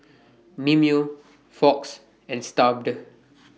Mimeo Fox and Stuff'd